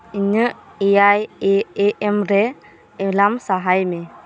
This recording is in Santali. ᱤᱧᱟᱹᱜ ᱮᱭᱟᱭ ᱮ ᱮ ᱮᱢ ᱨᱮ ᱮᱞᱟᱨᱢ ᱥᱟᱦᱟᱭ ᱢᱮ